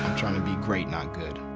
trying to be great, not good.